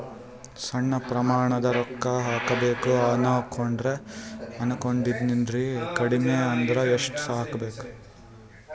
ಸಣ್ಣ ಪ್ರಮಾಣದ ರೊಕ್ಕ ಹಾಕಬೇಕು ಅನಕೊಂಡಿನ್ರಿ ಕಡಿಮಿ ಅಂದ್ರ ಎಷ್ಟ ಹಾಕಬೇಕು?